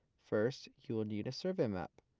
first, you will need a survey map,